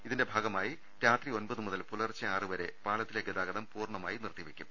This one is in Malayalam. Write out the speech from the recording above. ഇതിന്റെ ഭാഗമായി രാത്രി ഒമ്പത് മുതൽ പുലർച്ചെ ആറു വരെ പാലത്തിലെ ഗതാഗതം പൂർണ്ണമായും നിർത്തിവെക്കും